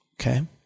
okay